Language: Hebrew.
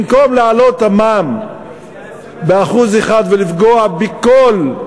במקום להעלות את המע"מ ב-1% ולפגוע בכול,